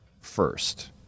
first